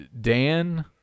Dan